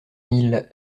mille